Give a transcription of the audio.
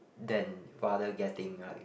than rather getting like